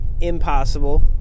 impossible